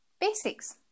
basics